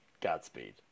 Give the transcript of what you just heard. Godspeed